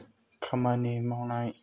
खामानि मावनाय